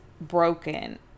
broken